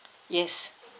yes